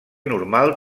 normal